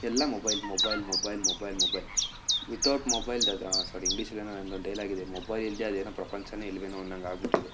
ಎಲ್ಲ mobile mobile mobile mobile mobile without mobile ದದಾ ಸಾರಿ ಇಂಗ್ಲೀಷಲ್ಲಿ ಏನೋ ಒಂದು ಡೈಲಾಗ್ ಇದೆ ಮೊಬೈಲ್ ಇಲ್ದೆ ಅದೇನೊ ಪ್ರಪಂಚವೇ ಇಲ್ವೇನೋ ಅನ್ನೊಂಗೆ ಆಗಿಬಿಟ್ಟಿದೆ